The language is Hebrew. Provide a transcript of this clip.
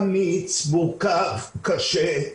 אמיץ, מורכב, קשה,